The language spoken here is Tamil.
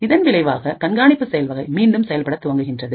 இதன் விளைவாக கண்காணிப்பு செயல்வகை மீண்டும் செயல்பட துவங்குகின்றது